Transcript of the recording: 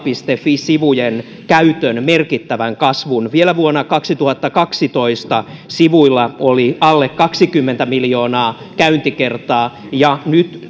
fi sivujen käytön merkittävän kasvun vielä vuonna kaksituhattakaksitoista sivuilla oli alle kaksikymmentä miljoonaa käyntikertaa ja nyt